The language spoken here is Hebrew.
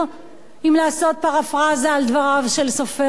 אם לעשות פרפראזה על דבריו של סופר ידוע.